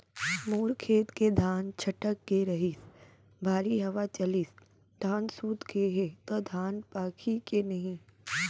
मोर खेत के धान छटक गे रहीस, भारी हवा चलिस, धान सूत गे हे, त धान पाकही के नहीं?